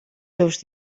seus